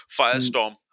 Firestorm